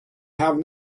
have